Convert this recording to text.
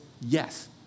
yes